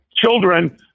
children